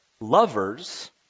lovers